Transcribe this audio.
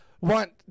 want